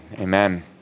amen